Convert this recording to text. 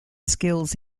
skills